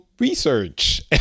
research